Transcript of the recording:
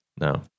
No